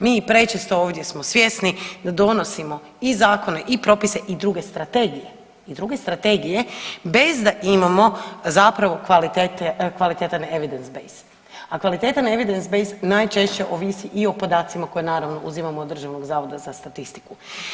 Mi i prečesto ovdje smo svjesni da donosimo i zakone i propise i druge strategije i druge strategije bez da imamo zapravo kvalitete, kvalitetan Evidence-based, a kvalitetan Evidence-based najčešće ovisi i o podacima koje naravno uzimamo od Državnog zavoda za statistiku.